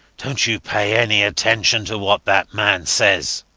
dont you pay any attention to what that man says.